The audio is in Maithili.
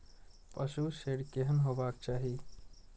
पशु शेड केहन हेबाक चाही?